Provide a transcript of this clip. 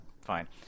Fine